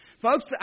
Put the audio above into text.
Folks